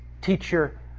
teacher